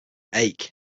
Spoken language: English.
ache